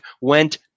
went